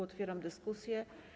Otwieram dyskusję.